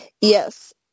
Yes